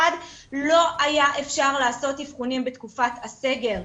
אחד לא היה אפשר לעשות אבחונים בתקופת הסגר.